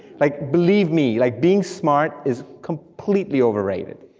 like, believe me, like being smart is completely overrated.